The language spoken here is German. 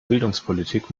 bildungspolitik